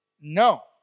No